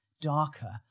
darker